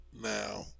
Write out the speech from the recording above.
now